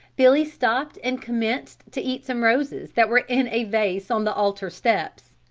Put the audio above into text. billy stopped and commenced to eat some roses that were in a vase on the altar steps.